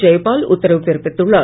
ஜெயபால் உத்தரவு பிறப்பித்துள்ளார்